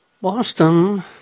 Boston